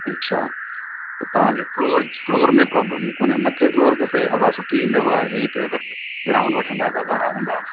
अछा त तव्हांखे फ़्लोर फ़्लोर में प्रोब्लम कोन्हे मथे फ़्लोर खपे हवा सुठी ईंदव हेठि अगरि ग्राउंड वठंदा त वण हूंदा